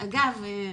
אגב,